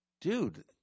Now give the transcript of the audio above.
dude